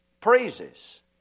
praises